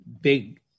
big